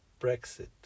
brexit